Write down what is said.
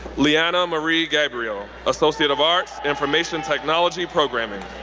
lianna marie gabriel, associate of arts, information technology, programming.